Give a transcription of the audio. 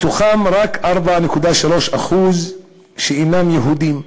רק 4.3% אינם יהודים,